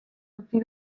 utzi